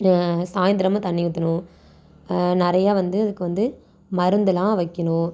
சாயந்தரமும் தண்ணி ஊற்றணும் நிறையா வந்து இதுக்கு வந்து மருந்தெலாம் வைக்கணும்